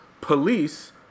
police